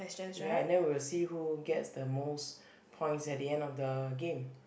ya and then we'll see who gets the most points at the end of the game